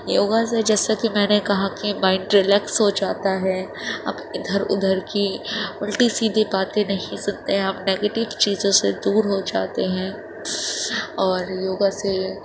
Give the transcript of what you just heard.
یوگا سے جیسے کہ میں نے کہا کہ مائنڈ رلیكس ہو جاتا ہے اب اِدھر اُدھر كی اُلٹی سیدھی باتیں نہیں سُنتے ہیں آپ نگیٹیو چیزوں سے دور ہو جاتے ہیں اور یوگا سے